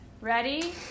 Ready